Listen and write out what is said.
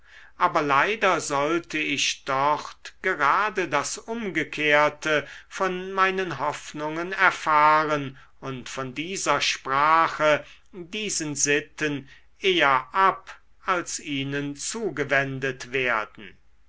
aber leider sollte ich dort gerade das umgekehrte von meinen hoffnungen erfahren und von dieser sprache diesen sitten eher ab als ihnen zugewendet werden